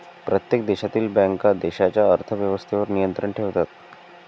प्रत्येक देशातील बँका देशाच्या अर्थ व्यवस्थेवर नियंत्रण ठेवतात